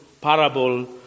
parable